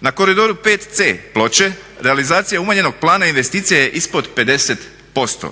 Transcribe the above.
Na Koridoru 5C Ploče realizacija umanjenog plana investicija je ispod 50%